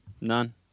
None